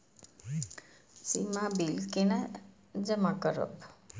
सीमा bill केना जमा करब?